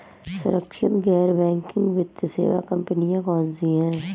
सुरक्षित गैर बैंकिंग वित्त सेवा कंपनियां कौनसी हैं?